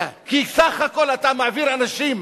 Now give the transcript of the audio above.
כי סך הכול אתה מעביר אנשים,